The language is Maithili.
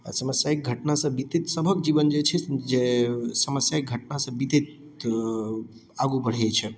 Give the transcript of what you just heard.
समस्यायिक घटना सब बितैत सभक जीवन जे छै जे समस्यायिक घटना सऽ बितैत आगू बढ़ै छैथ